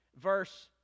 verse